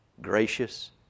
gracious